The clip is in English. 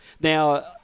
Now